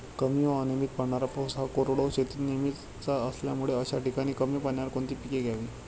कमी व अनियमित पडणारा पाऊस हा कोरडवाहू शेतीत नेहमीचा असल्यामुळे अशा ठिकाणी कमी पाण्यावर कोणती पिके घ्यावी?